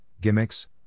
gimmicks